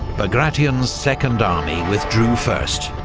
bagration's second army withdrew first,